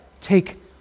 take